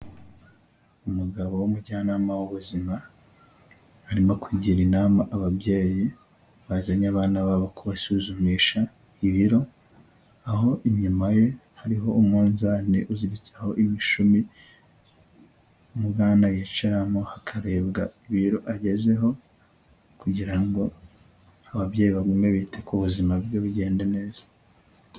Umugabo w'umujyanama w'ubuzima, arimo kugira inama ababyeyi bazanye abana babo kubasuzumisha ibiro, aho inyuma ye hariho umunzani uziritseho imishumi, ni ho umwana yicaramo hakarebwa ibiro agezeho, kugira ngo ababyeyi bagume bite ku buzima bwe bugenda neza.